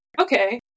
okay